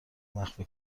مخفی